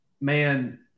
man